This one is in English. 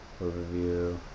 overview